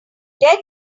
dead